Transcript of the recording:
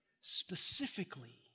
specifically